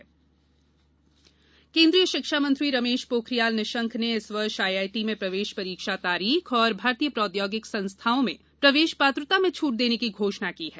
Nishank JEE advanced केन्द्रीय शिक्षा मंत्री रमेश पोखरियाल निशंक ने इस वर्ष आईआईटी में प्रवेश परीक्षा तारीख और भारतीय प्रौद्योगिकी संस्थानों में प्रवेश पात्रता में छूट देने की घोषणा की है